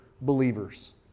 believers